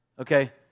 Okay